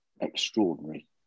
extraordinary